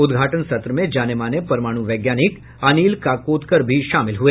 उद्घाटन सत्र में जाने माने परमाणु वैज्ञानिक अनिल काकोदकर भी शामिल हुए